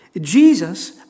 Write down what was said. Jesus